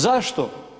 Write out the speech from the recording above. Zašto?